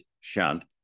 shunt